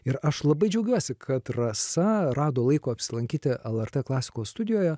ir aš labai džiaugiuosi kad rasa rado laiko apsilankyti lrt klasikos studijoje